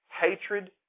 hatred